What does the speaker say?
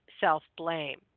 self-blame